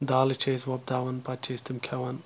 دالہٕ چھِ أسۍ وۄپداوَان پَتہٕ چھِ أسۍ تِم کھؠوَان